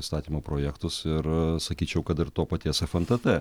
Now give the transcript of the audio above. įstatymo projektus ir sakyčiau kad ir to paties fntt